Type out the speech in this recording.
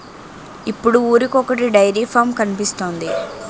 ఇప్పుడు ఊరికొకొటి dairy farm కనిపిస్తోంది